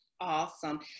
Awesome